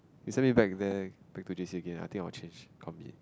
send me back there back to J_C Again I think I will change combi